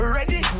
Ready